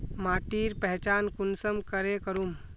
माटिर पहचान कुंसम करे करूम?